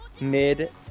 mid